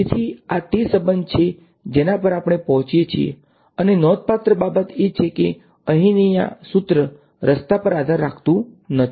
તેથી આ તે સંબંધ છે કે જેના પર આપણે પહોંચીએ છીએ અને નોંધપાત્ર બાબત એ છે કે અહીંની આ સુત્ર રસ્તા પર આધાર રાખતુ નથી